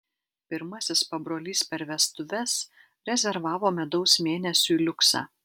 pirmasis pabrolys per vestuves rezervavo medaus mėnesiui liuksą